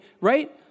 right